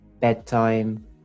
bedtime